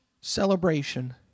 celebration